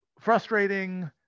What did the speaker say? frustrating